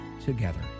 together